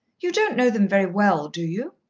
you don't know them very well, do you?